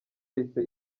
yahise